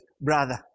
brother